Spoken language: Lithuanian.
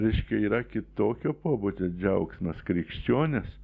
reiškia yra kitokio pobūdžio džiaugsmas krikščionis